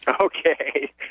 Okay